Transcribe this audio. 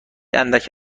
اندک